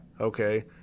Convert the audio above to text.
Okay